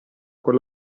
con